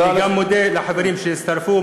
אני גם מודה לחברים שהצטרפו,